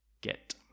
get